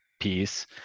piece